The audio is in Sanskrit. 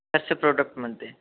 कस्य प्रोडक्ट् मध्ये